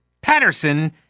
Patterson